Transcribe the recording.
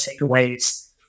takeaways